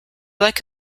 like